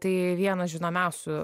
tai vienas žinomiausių